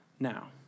Now